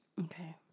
Okay